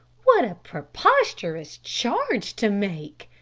what a preposterous charge to make!